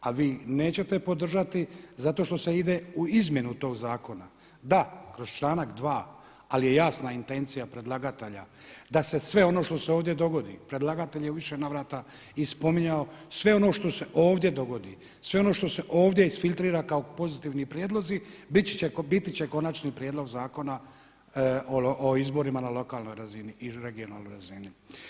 A vi nećete podržati zato što se ide u izmjenu tog zakona, da kroz članak 2., ali je jasna intencija predlagatelja da se sve ono što se ovdje dogodi, predlagatelj je u više navrata i spominjao sve ono što se ovdje dogodi, sve ono što se ovdje isfiltrira kao pozitivni prijedlozi bit će konačni prijedlog Zakonima o izborima na lokalnoj razini ili regionalnoj razini.